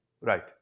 right